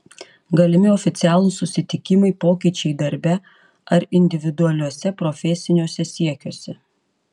galimi oficialūs susitikimai pokyčiai darbe ar individualiuose profesiniuose siekiuose